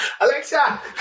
Alexa